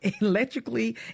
electrically